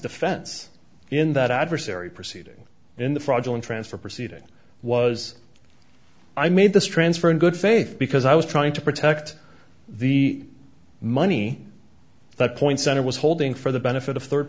defense in that adversary proceeding in the fraudulent transfer proceeding was i made this transfer in good faith because i was trying to protect the money that point center was holding for the benefit of third